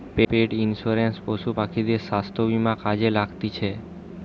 পেট insurance পশু পাখিদের স্বাস্থ্য বীমা কাজে লাগতিছে